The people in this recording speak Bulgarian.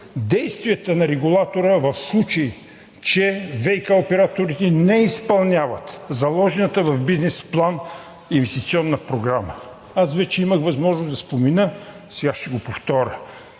действията на регулатора, в случай че ВиК операторите не изпълняват заложената в бизнес плана инвестиционна програма. Аз вече имах възможност да спомена, сега ще го повторя.